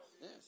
Yes